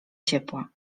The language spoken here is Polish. ciepła